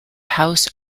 house